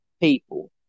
people